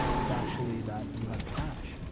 it's actually that you have cash.